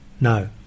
No